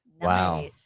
Wow